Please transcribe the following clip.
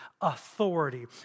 authority